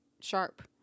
sharp